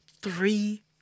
Three